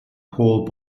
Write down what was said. paul